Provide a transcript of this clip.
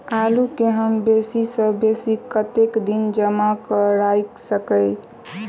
आलु केँ हम बेसी सऽ बेसी कतेक दिन जमा कऽ क राइख सकय